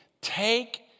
Take